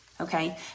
Okay